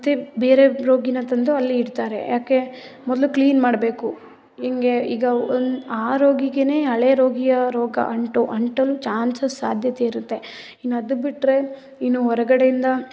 ಮತ್ತು ಬೇರೆ ರೋಗಿನ ತಂದು ಅಲ್ಲಿ ಇಡ್ತಾರೆ ಯಾಕೆ ಮೊದಲು ಕ್ಲೀನ್ ಮಾಡಬೇಕು ಹಿಂಗೆ ಈಗ ಒಂದು ಆ ರೋಗಿಗೇ ಹಳೆ ರೋಗಿಯ ರೋಗ ಅಂಟಲು ಚಾನ್ಸಸ್ ಸಾಧ್ಯತೆ ಇರುತ್ತೆ ಇನ್ನು ಅದ್ಬಿಟ್ಟರೆ ಇನ್ನು ಹೊರಗಡೆಯಿಂದ